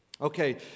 okay